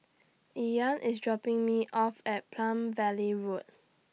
Ean IS dropping Me off At Palm Valley Road